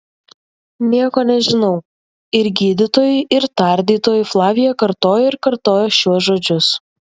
nieko nežinau ir gydytojui ir tardytojui flavija kartojo ir kartojo šiuos žodžius